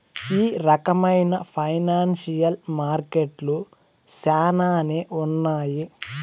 ఈ రకమైన ఫైనాన్సియల్ మార్కెట్లు శ్యానానే ఉన్నాయి